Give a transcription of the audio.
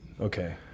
Okay